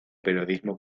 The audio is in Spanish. periodismo